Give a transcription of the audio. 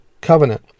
covenant